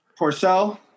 Porcel